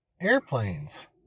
airplanes